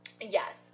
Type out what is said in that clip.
Yes